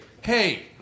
hey